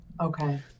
Okay